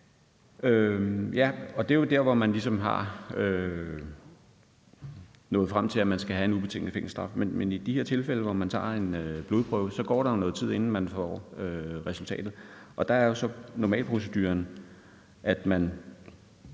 Tak. Det er jo der, hvor man ligesom er nået frem til, at man skal have en ubetinget fængselsstraf, men i de her tilfælde, hvor man får taget en blodprøve, så går der jo noget tid, inden man får resultatet. Der er normalproceduren jo, at man